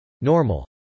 normal